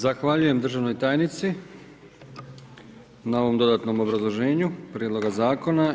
Zahvaljujem državnoj tajnici na ovom dodatnom obrazloženju prijedloga zakona.